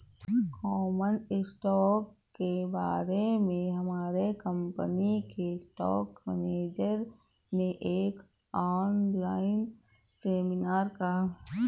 common stock के बारे में हमारे कंपनी के स्टॉक मेनेजर ने एक ऑनलाइन सेमीनार का आयोजन किया